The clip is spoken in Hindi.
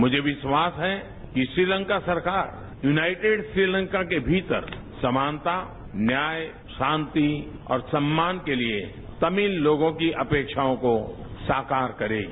मुझे विश्वास है कि श्रीलंका सरकार युनाईटेड श्रीलंका के भीतर समानता न्याय शांति और सम्मान के लिए तमिल लोगों की अपेक्षाओं को साकार करेगी